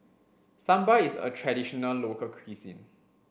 Sambar is a traditional local cuisine